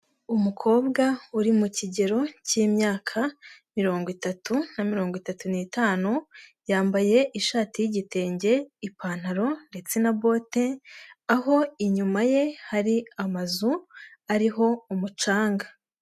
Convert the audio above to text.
Umukobwa uri mu kigero cy'imyaka mirongo itatu na mirongo itatu n'itanu, yambaye ishati y'igitenge, ipantaro ndetse na bote aho inyuma ye hari amazu ariho umucanga.